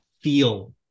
feel